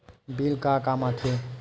Bill का काम आ थे?